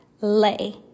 lay